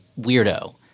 weirdo